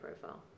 profile